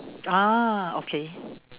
ah okay